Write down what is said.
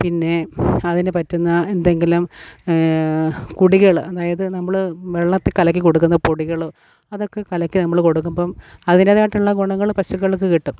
പിന്നെ അതിന് പറ്റുന്ന എന്തെങ്കിലും കുടികള് അതായത് നമ്മള് വെള്ളത്തില് കലക്കി കൊടുക്കുന്ന പൊടികളോ അതൊക്കെ കലക്കി നമ്മള് കൊടുക്കുമ്പോള് അതിൻറ്റേതായിട്ടുള്ള ഗുണങ്ങള് പശുക്കൾക്ക് കിട്ടും